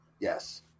Yes